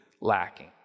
lacking